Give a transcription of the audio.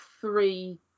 three